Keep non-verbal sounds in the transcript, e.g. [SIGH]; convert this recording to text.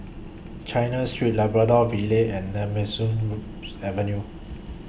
China Street Labrador Villa and Nemesu [UNINTELLIGIBLE] Avenue